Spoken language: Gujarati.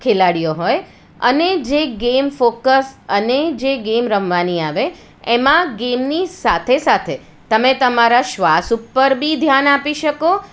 ખેલાડીઓ હોય અને જે ગેમ ફોકસ અને જે ગેમ રમવાની આવે એમાં ગેમની સાથે સાથે તમે તમારા શ્વાસ ઉપર બી ધ્યાન આપી શકો